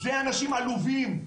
אלה אנשים עלובים.